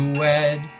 wed